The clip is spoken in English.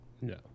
No